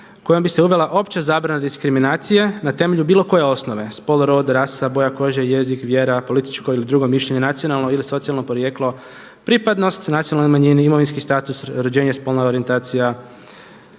kojom bi se uvela opća zabrana diskriminacije na temelju bilo koje osnove spol, rod, rasa, boja kože, jezik, vjera, političko ili drugo mišljenje, nacionalno ili socijalno porijeklo, pripadnost nacionalnoj manjini, imovinski status, rođenje, spolna orijentacija